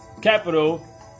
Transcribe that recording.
capital